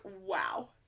wow